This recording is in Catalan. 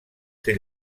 ser